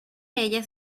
ellas